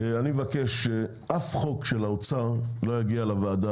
אני מבקש שאף חוק של האוצר לא יגיע לוועדה